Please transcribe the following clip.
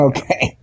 Okay